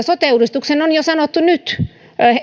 sote uudistuksen on sanottu jo nyt